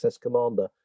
commander